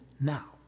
now